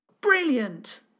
Brilliant